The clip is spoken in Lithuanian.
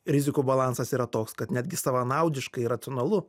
rizikų balansas yra toks kad netgi savanaudiškai racionalu